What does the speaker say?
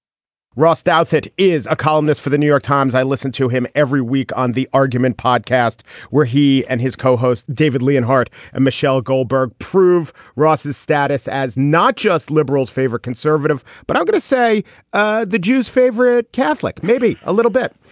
ross douthat is a columnist for the new york times. i listened to him every week on the argument podcast where he and his co-host, david lee ann hart and michelle goldberg prove ross's status as not just liberals favorite conservative, but i'm going to say ah the jews favorite catholic, maybe a little bit.